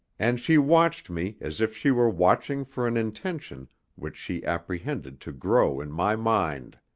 and she watched me as if she were watching for an intention which she apprehended to grow in my mind.